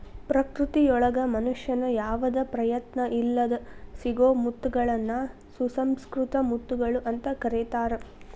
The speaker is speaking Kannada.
ಪ್ರಕೃತಿಯೊಳಗ ಮನುಷ್ಯನ ಯಾವದ ಪ್ರಯತ್ನ ಇಲ್ಲದ್ ಸಿಗೋ ಮುತ್ತಗಳನ್ನ ಸುಸಂಕೃತ ಮುತ್ತುಗಳು ಅಂತ ಕರೇತಾರ